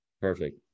perfect